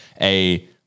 a-